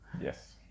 Yes